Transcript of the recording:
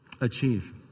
achieve